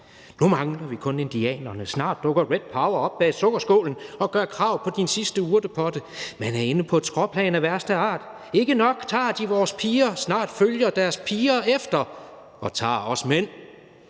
mangler vi kun indianerne/snart dukker Red Power op bag sukkerskålen/og gør krav på din sidste urtepotte/man er inde på et skråplan af værste art/ikke nok at de tar vores piger/snart følger deres piger efter/og tar os mænd/og